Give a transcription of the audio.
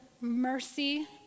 mercy